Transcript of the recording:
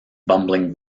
bumbling